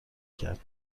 کرد